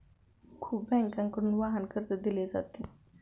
खूप बँकांकडून वाहन कर्ज दिले जाते